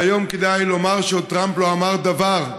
והיום כדאי לומר שעוד טראמפ לא אמר דבר,